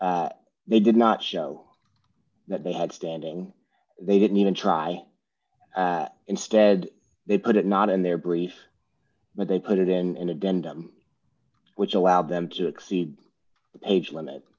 green they did not show that they had standing they didn't even try instead they put it not in their briefs but they put it in in a dental which allowed them to exceed the age limit